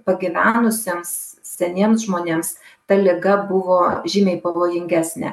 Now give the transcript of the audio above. pagyvenusiems seniems žmonėms ta liga buvo žymiai pavojingesnė